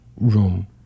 room